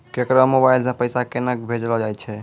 केकरो मोबाइल सऽ पैसा केनक भेजलो जाय छै?